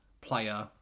player